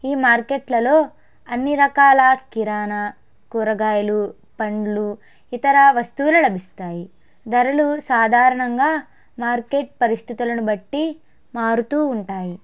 ఈ మార్కెట్లలో అన్ని రకాల కిరాణ కూరగాయలు పండ్లు ఇతర వస్తువులు లభిస్తాయి ధరలు సాధారణంగా మార్కెట్ పరిస్థితులను బట్టి మారుతూ ఉంటాయి